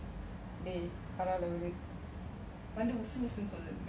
வந்து உஸ்ஸு உஸ்ஸுன்னு சொல்றதுக்கு:vanthu ussu ussunu solrathuka